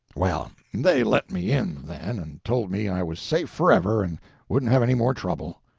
well, they let me in, then, and told me i was safe forever and wouldn't have any more trouble.